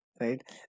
right